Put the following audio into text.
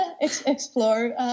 explore